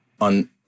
on